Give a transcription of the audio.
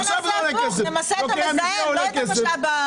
בוא נעשה הפוך נמסה את המזהם, לא את המשאב.